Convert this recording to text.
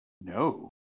no